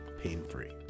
pain-free